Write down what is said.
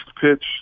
pitch